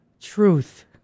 truth